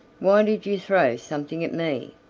why did you throw something at me?